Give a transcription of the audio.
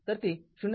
तर ते ०